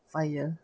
fire